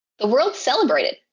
the world celebrated.